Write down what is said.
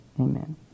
Amen